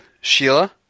Sheila